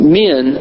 men